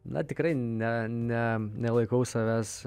na tikrai ne ne nelaikau savęs